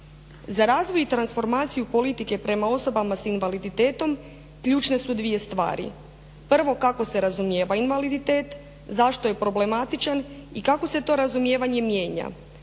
Za razvoj i transformaciju politike prema osobama s invaliditetom ključne su dvije stvari, prvo kako se razumijeva invaliditet, zašto je problematičan i kako se to razumijevanje mijenja